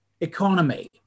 economy